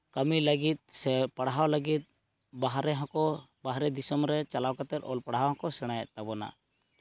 ᱠᱟᱹᱢᱤ ᱞᱟᱹᱜᱤᱫ ᱥᱮ ᱯᱟᱲᱦᱟᱣ ᱞᱟᱹᱜᱤᱫ ᱵᱟᱦᱨᱮ ᱦᱚᱸᱠᱚ ᱵᱟᱦᱨᱮ ᱫᱤᱥᱚᱢ ᱨᱮ ᱪᱟᱞᱟᱣ ᱠᱟᱛᱮᱫ ᱚᱞ ᱯᱟᱲᱦᱟᱣ ᱦᱚᱸᱠᱚ ᱥᱮᱬᱟᱭᱮᱫ ᱛᱟᱵᱚᱱᱟ